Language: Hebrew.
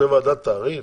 זאת ועדת תעריף?